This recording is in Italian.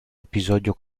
episodio